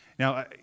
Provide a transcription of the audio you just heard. Now